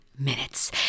minutes